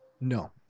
no